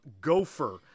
Gopher